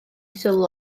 sylw